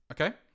okay